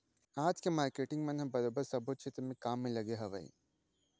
आज के मारकेटिंग मन ह बरोबर सब्बो छेत्र म काम म लगे हवँय